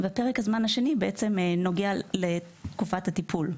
ופרק הזמן השני נוגע לתקופת הטיפול,